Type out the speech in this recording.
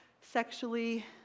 sexually